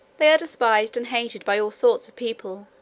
they are despised and hated by all sorts of people.